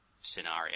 scenario